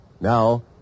Now